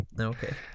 Okay